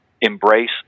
embrace